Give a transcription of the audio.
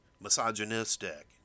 misogynistic